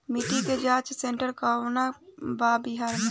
मिटी के जाच सेन्टर कहवा बा बिहार में?